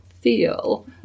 feel